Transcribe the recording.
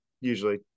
usually